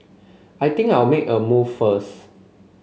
I think I'll make a move first